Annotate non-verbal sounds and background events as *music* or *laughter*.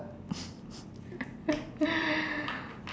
*laughs*